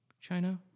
China